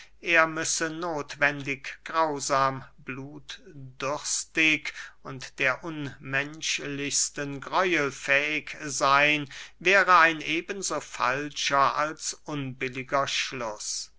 er müsse nothwendig grausam blutdürstig und der unmenschlichsten gräuel fähig seyn wäre ein eben so falscher als unbilliger schluß